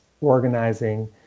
organizing